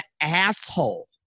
asshole